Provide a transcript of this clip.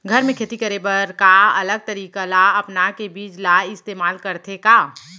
घर मे खेती करे बर का अलग तरीका ला अपना के बीज ला इस्तेमाल करथें का?